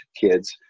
kids